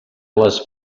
les